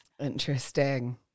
interesting